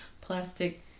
plastic